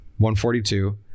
142